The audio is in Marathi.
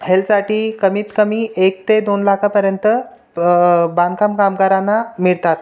हेल्थसाठी कमीतकमी एक ते दोन लाखांपर्यंत बांधकाम कामगारांना मिळतात